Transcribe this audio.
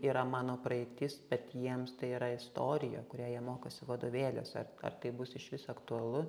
yra mano praeitis bet jiems tai yra istorija kurią jie mokosi vadovėliuose ar ar tai bus išvis aktualu